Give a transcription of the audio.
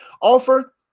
offer